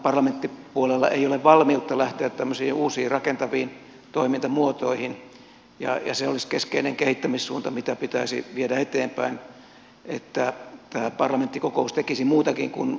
tavallaan parlamenttipuolella ei ole valmiutta lähteä tämmöisiin uusiin rakentaviin toimintamuotoihin ja se olisi keskeinen kehittämissuunta mitä pitäisi viedä eteenpäin että tämä parlamenttikokous tekisi muutakin kuin että on ne keskusteluseurat